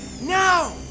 Now